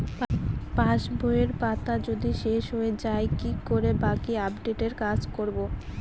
পাসবইয়ের পাতা যদি শেষ হয়ে য়ায় কি করে বাকী আপডেটের কাজ করব?